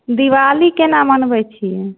दिवाली कोना मनबै छिए